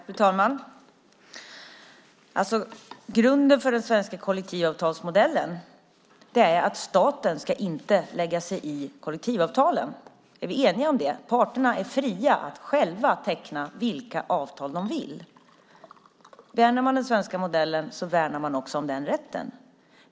Fru talman! Grunden för den svenska kollektivavtalsmodellen är att staten inte ska lägga sig i kollektivavtalen. Är vi eniga om det? Parterna är fria att själva teckna vilka avtal de vill. Värnar man om den svenska modellen värnar man också om den rätten.